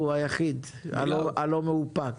הוא היחיד הלא-מאופק.